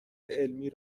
علمی